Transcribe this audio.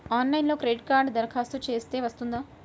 ఆన్లైన్లో క్రెడిట్ కార్డ్కి దరఖాస్తు చేస్తే వస్తుందా?